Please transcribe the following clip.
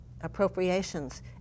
appropriations